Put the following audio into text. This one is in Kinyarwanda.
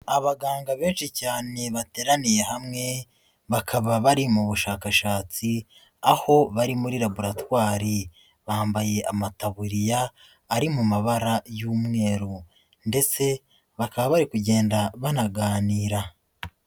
Abaganga benshi cyane bateraniye hamwe bakaba bari mu bushakashatsi, aho bari muri laboratwari, bambaye amataburiya ari mu mabara y'umweru ndetse bakaba bari kugenda banaganira.